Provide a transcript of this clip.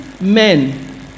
men